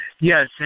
Yes